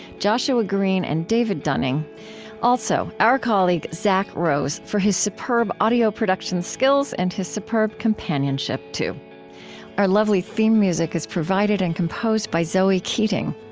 joshua greene, and david dunning also, our colleague, zack rose, for his superb audio production skills and his superb companionship, too our lovely theme music is provided and composed by zoe keating.